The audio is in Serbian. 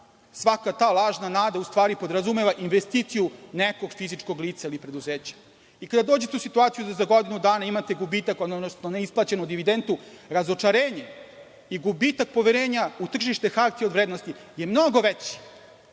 Svaka ta lažna nada u stvari podrazumeva investiciju nekog fizičkog lica ili preduzeća. Kada dođete u situaciju da za godinu dana imate gubitak, odnosno neisplaćenu dividendu, razočarenje i gubitak poverenja u tržište hartije od vrednosti je mnogo veći